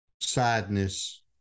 sadness